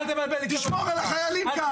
תשמור על החיילים כאן.